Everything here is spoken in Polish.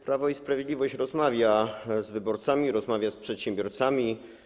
Prawo i Sprawiedliwość rozmawia z wyborcami, rozmawia z przedsiębiorcami.